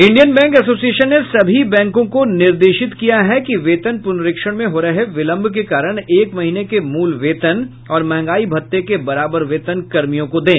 Indian bank association ने सभी बैंकों को निर्देशित किया है कि वेतन पुनरीक्षण में हो रहे विलंब के कारण एक महीने के मूल वेतन और मंहगाई भत्ते के बराबर वेतन कर्मियों को दें